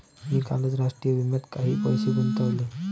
मी कालच राष्ट्रीय विम्यात काही पैसे गुंतवले